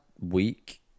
week